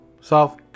South